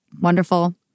wonderful